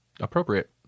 appropriate